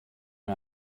mir